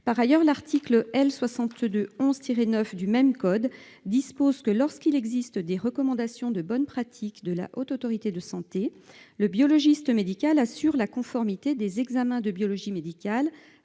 Par ailleurs, l'article L. 6211-9 du même code dispose que, lorsqu'il existe des recommandations de bonnes pratiques de la Haute Autorité de santé, le biologiste médical assure la conformité des examens de biologie médicale